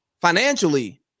financially